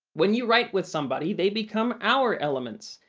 when you write with somebody they become our elements.